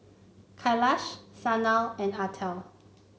Kailash Sanal and Atal